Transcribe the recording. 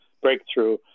breakthrough